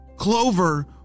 Clover